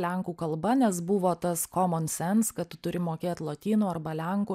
lenkų kalba nes buvo tas komon sens kad tu turi mokėt lotynų arba lenkų